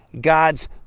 God's